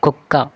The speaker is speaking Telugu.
కుక్క